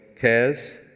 cares